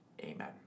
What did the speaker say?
Amen